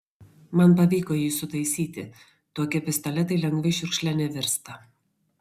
man pavyko jį sutaisyti tokie pistoletai lengvai šiukšle nevirsta